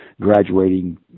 graduating